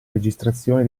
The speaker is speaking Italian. registrazione